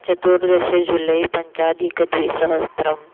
चतुर्दशजुलै पञ्चाधिकद्विसहस्रम्